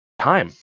time